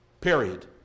Period